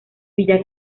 villa